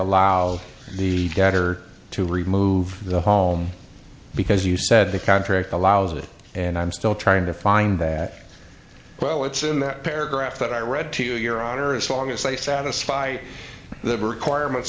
allow the getter to remove the home because you said the contract allows it and i'm still trying to find that well it's in that paragraph that i read to you your honor as long as i satisfy the requirements